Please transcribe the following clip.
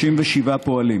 37 פועלים